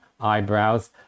eyebrows